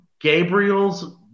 Gabriel's